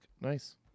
Nice